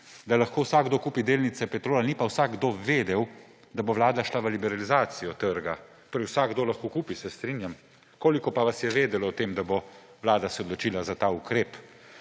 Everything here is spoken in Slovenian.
da lahko vsakdo kupi delnice Petrola, ni pa vsakdo vedel, da bo vlada šla v liberalizacijo trga. Torej, vsakdo lahko kupi, se strinjam – koliko pa vas je vedelo o tem, da se bo vlada odločila za ta ukrep?